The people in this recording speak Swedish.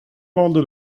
valde